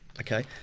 okay